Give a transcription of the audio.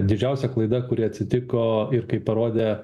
didžiausia klaida kuri atsitiko ir kaip parodė